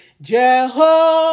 jehovah